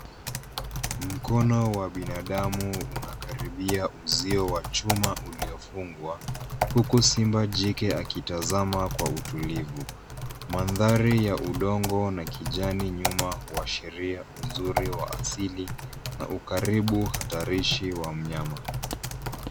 Mikono wa binadamu unakaribia uzio wa chuma uliofungwa. Huko simba jike akitazama kwa utulivu. Mandhari ya udongo na kijani nyuma uwashiria uzuri wa asili na ukaribu hatarishi wa mnyama.